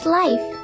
life